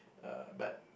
uh but